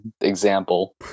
example